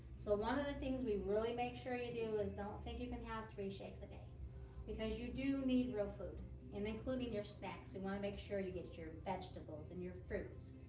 so one of the things we really make sure you do is don't think you can have three shakes a day because you do need real food and including your snacks. we want to make sure you get your vegetables and your fruits.